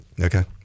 okay